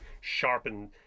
sharpened